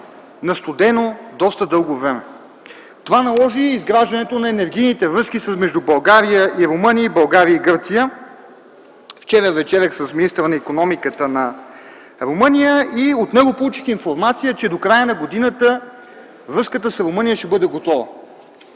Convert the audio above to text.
на студено доста дълго време. Това наложи изграждането на енергийните връзки между България и Румъния и България и Гърция. Вчера вечерях с министъра на икономиката на Румъния. Получих информация от него, че до края на годината връзката с Румъния ще бъде готова.